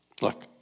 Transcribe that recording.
Look